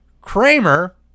Kramer